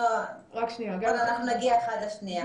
אנחנו נגיע אחד לשנייה.